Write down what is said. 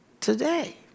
today